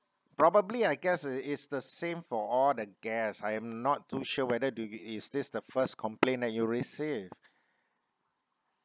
probably I guess it is the same for all the guest I am not too sure whether the is this the first complain that you received